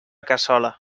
cassola